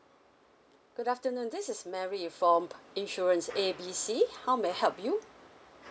good afternoon this is mary from insurance A B C how may I help you